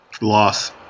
Loss